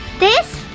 this?